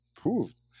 proved